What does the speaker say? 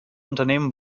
unternehmen